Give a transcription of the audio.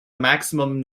maximum